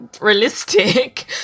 realistic